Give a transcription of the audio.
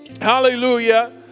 Hallelujah